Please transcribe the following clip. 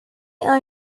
are